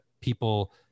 people